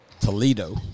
Toledo